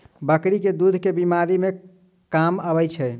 बकरी केँ दुध केँ बीमारी मे काम आबै छै?